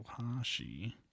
Ohashi